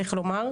צריך לומר,